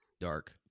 dark